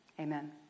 Amen